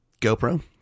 GoPro